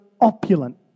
opulent